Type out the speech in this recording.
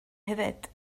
hefyd